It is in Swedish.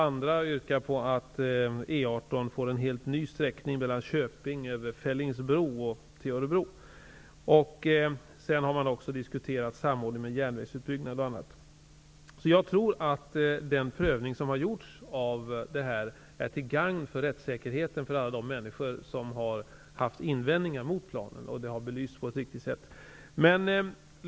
Andra yrkade på att E 18 får en helt ny sträckning över Köping och Fellingsbro till Örebro. Vidare har en samordning med järnvägsbyggnad osv. diskuterats. Jag tror att den prövning som har gjorts av denna fråga är till gagn för rättssäkerheten för alla de människor som har haft invändningar mot planen. Frågan har belysts på ett riktigt sätt.